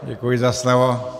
Děkuji za slovo.